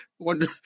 wonder